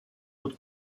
autre